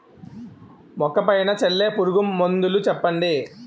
మొక్క పైన చల్లే పురుగు మందులు చెప్పండి?